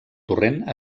torrent